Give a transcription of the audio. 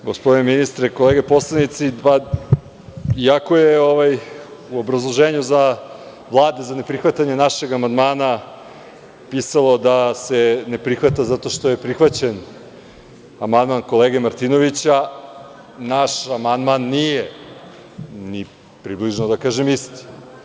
Gospodine ministre, kolege poslanici i ako je u obrazloženju Vlade za ne prihvatanje našeg amandmana pisalo da se ne prihvata zato što je prihvaćen amandman kolege Martinovića, naš amandman nije ni približno isti.